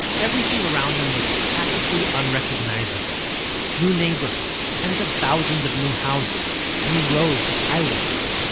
everything around them was practically unrecognizable new neighborhoods, tens of thousands of new houses, new roads, highways.